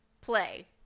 play